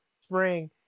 spring